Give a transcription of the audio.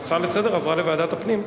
עברה לוועדת הפנים.